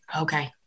okay